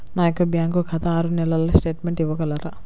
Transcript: నా యొక్క బ్యాంకు ఖాతా ఆరు నెలల స్టేట్మెంట్ ఇవ్వగలరా?